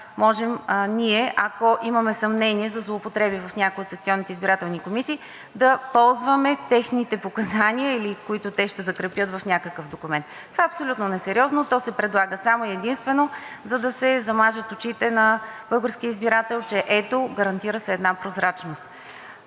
можем ние, ако имаме съмнение за злоупотреби в някои от секционните избирателни комисии, да ползваме техните показания, или тези, които те ще закрепят в някакъв документ. Това е абсолютно несериозно и се предлага само и единствено, за да се замажат очите на българския избирател, че ето – гарантира се една прозрачност.